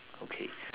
okay